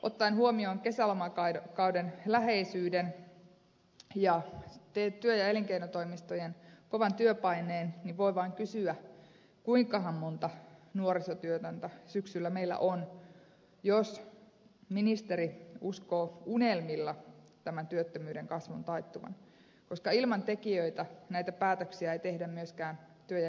ottaen huomioon kesälomakauden läheisyyden ja työ ja elinkeinotoimistojen kovan työpaineen voi vain kysyä kuinkahan monta nuorisotyötöntä syksyllä meillä on jos ministeri uskoo unelmilla tämän työttömyyden kasvun taittuvan koska ilman tekijöitä näitä päätöksiä ei tehdä myöskään työ ja elinkeinotoimistoissa